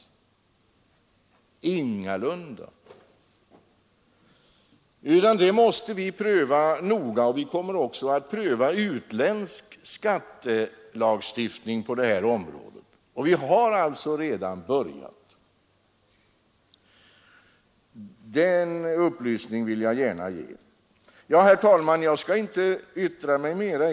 Vi måste pröva detta noga, och vi kommer också att se på utländsk lagstiftning på det här området. Vi har alltså redan börjat med frågan; den upplysningen vill jag gärna ge. Herr talman! Jag skall inte säga mera.